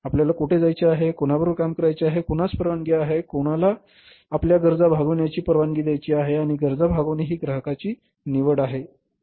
आपल्याला कोठे जायचे आहे कोणाबरोबर काम करायचे आहे कोणास परवानगी आहे कोणाला आपल्या गरजा भागविण्याची परवानगी द्यायची आहे आणि गरजा भागवणे ही ग्राहकांची निवड आहे